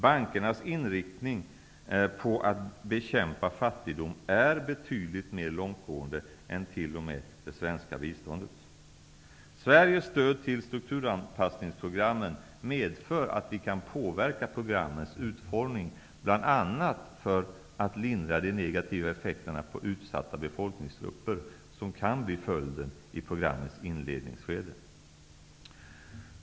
Bankernas inriktning på att bekämpa fattigdom är betydligt mer långtgående än t.o.m. Sveriges stöd till strukturanpassningsprogrammen medför att vi kan påverka programmens utformning, bl.a. för att lindra de negativa effekter på utsatta befolkningsgrupper som kan bli följden i programmens inledningsskede.